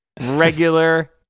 Regular